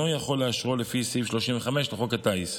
יכול לאשרם לפי סעיף 35 לחוק הטיס.